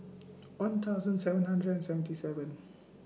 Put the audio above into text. one thousand seven hundred and seventy seven